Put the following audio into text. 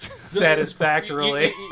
satisfactorily